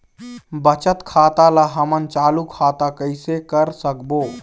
बचत खाता ला हमन चालू खाता कइसे कर सकबो?